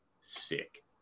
sick